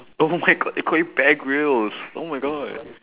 oh my god they call you bear-grylls oh my god